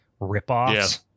ripoffs